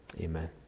Amen